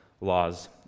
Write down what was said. laws